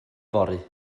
fory